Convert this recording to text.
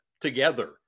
together